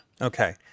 Okay